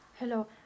Hello